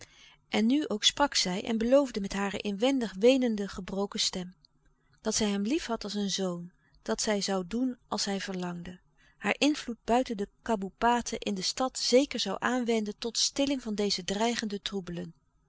en nu ook sprak zij en beloofde met hare inwendig weenende gebroken stem dat zij hem liefhad als een zoon dat zij zoû doen als hij verlangde haar invloed buiten de kaboepaten in de stad zeker zoû aanwenden tot stilling van deze dreigende troebelen